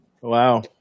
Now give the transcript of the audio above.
Wow